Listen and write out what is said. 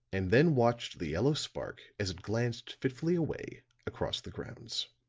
and then watched the yellow spark as it glanced fitfully away across the grounds.